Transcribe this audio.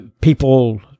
people